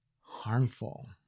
harmful